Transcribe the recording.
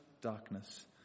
darkness